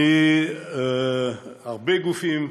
הרבה גופים,